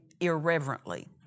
irreverently